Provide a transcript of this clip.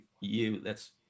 you—that's